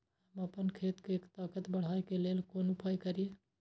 हम आपन खेत के ताकत बढ़ाय के लेल कोन उपाय करिए?